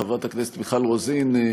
חברת הכנסת מיכל רוזין,